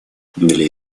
для